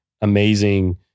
amazing